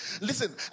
listen